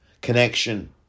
connection